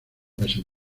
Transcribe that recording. meses